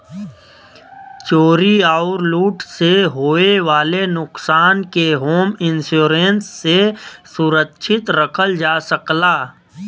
चोरी आउर लूट से होये वाले नुकसान के होम इंश्योरेंस से सुरक्षित रखल जा सकला